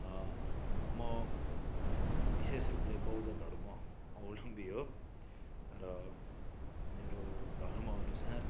म विशेष रूपले बौद्ध धर्म अवलम्बी हो र मेरो धर्मअनुसार